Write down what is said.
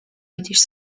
reddish